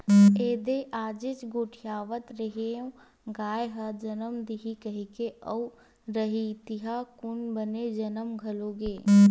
एदे आजेच गोठियावत रेहेंव गाय ह जमन दिही कहिकी अउ रतिहा कुन बने जमन घलो गे